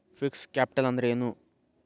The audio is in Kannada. ಫಿಕ್ಸ್ಡ್ ಕ್ಯಾಪಿಟಲ್ ಅಂದ್ರೇನು?